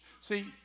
See